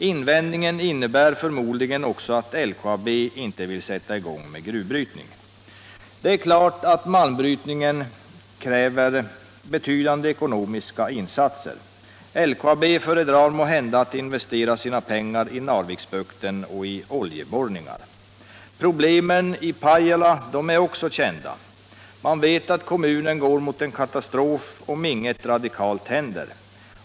Invändningen innebär förmodligen också att LKAB inte vill sätta i gång med gruvbrytning. Det är klart att malmbrytningen kräver betydande ekonomiska insatser. LKAB föredrar måhända att investera sina pengar i Narviksbukten och i oljeborrningar. Problemen i Pajala kommun är kända. Man vet att kommunen går mot en katastrof om inget radikalt händer.